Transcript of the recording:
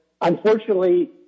Unfortunately